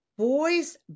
Boys